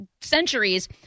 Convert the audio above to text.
centuries